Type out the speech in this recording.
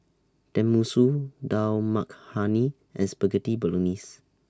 Tenmusu Dal Makhani and Spaghetti Bolognese